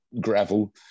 gravel